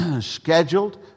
scheduled